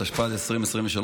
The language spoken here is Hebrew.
התשפ״ד 2023,